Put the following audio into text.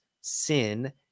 sin